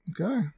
Okay